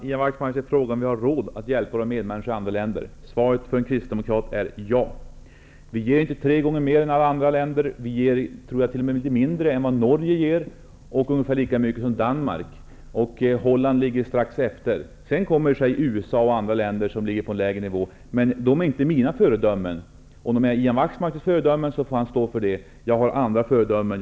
Herr talman! Ian Wachtmeister frågade om vi har råd att hjälpa våra medmänniskor i andra länder. Svaret för en kristdemokrat är ja. Vi ger inte tre gånger mer än andra länder. Jag tror t.o.m. att vi ger litet mindre än vad Norge ger, och vi ger ungefär lika mycket som Danmark. Holland ligger strax efter. Sedan kommer i och för sig USA och andra länder som ligger på en lägre nivå, men de är inte mina föredömen. Om de är Ian Wachtmeisters föredömen, får han stå för det. Jag har andra föredömen.